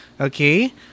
Okay